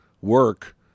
work